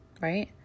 right